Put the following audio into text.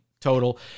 total